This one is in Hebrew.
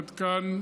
עד כאן